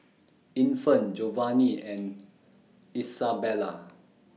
Infant Jovanni and Isabela